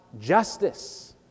justice